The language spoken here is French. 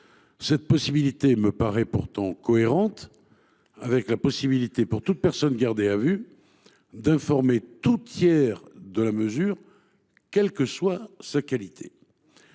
Cette disposition me semble pourtant cohérente avec la possibilité, pour toute personne gardée à vue, d’informer tout tiers de la mesure, quelle que soit sa qualité.